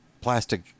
Plastic